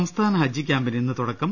സംസ്ഥാന ഹജ്ജ് ക്യാംപിന് ഇന്ന് തുടക്കം